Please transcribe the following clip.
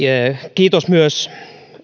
kiitos myös